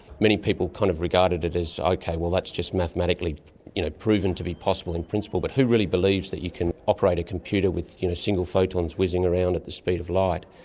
many people kind of regarded it as, okay, well, that's just mathematically you know proven to be possible in principle but who really believes that you can operate a computer with you know single photons whizzing around at the speed of light?